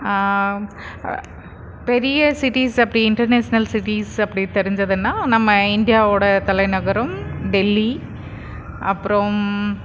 பெரிய சிட்டிஸ் அப்படி international cities அப்படி தெரிஞ்சதுன்னால் நம்ம இன்டியாவோடய தலைநகரம் டெல்லி அப்புறம்